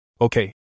Okay